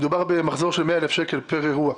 מדובר במחזור של 100,000 שקל פר אירוע.